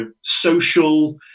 social